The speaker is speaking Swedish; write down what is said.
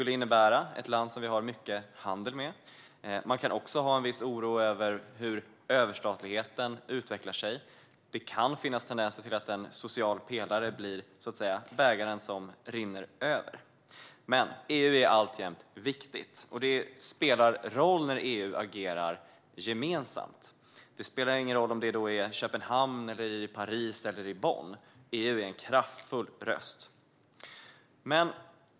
Storbritannien är ju ett land som vi har mycket handel med. Man kan också känna en viss oro inför hur överstatligheten utvecklar sig. Det kan finnas tendenser till att en social pelare blir så att säga bägaren som rinner över. EU är dock alltjämt viktigt, och det spelar roll när EU agerar gemensamt. Det spelar ingen roll om det är i Köpenhamn, Paris eller Bonn; EU är en kraftfull röst.